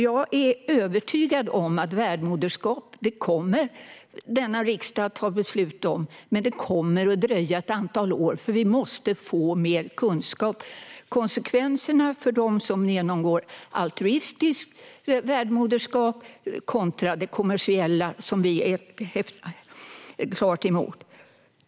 Jag är övertygad om att denna riksdag kommer att ta beslut om värdmoderskap. Men det kommer att dröja ett antal år, för vi måste få mer kunskap om konsekvenserna för dem som genomgår altruistiskt värdmoderskap - kommersiellt värdmoderskap är vi klart emot.